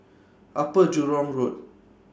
Upper Jurong Road